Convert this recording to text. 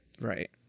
Right